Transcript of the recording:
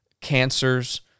cancers